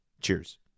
Cheers